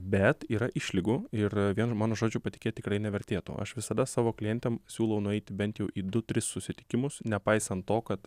bet yra išlygų ir vien mano žodžiu patikėt tikrai nevertėtų aš visada savo klientėm siūlau nueiti bent jau į du tris susitikimus nepaisant to kad